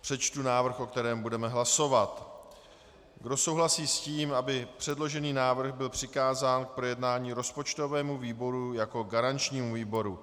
Přečtu návrh, o kterém budeme hlasovat: Kdo souhlasí s tím, aby předložený návrh byl přikázán k projednání rozpočtovému výboru jako garančnímu výboru?